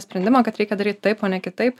sprendimą kad reikia daryt taip o ne kitaip